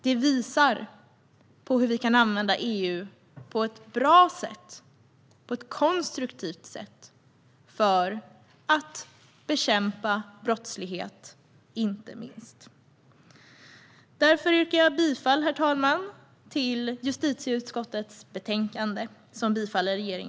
Det visar hur vi kan använda EU på ett bra och konstruktivt sätt för att inte minst bekämpa brottslighet. Herr talman! Jag yrkar bifall till justitieutskottets förslag.